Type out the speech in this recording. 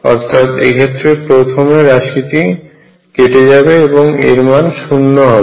অর্থাৎ এক্ষেত্রে প্রথমে রাশিটি কেটে যাবে এবং এর মান শূন্য হবে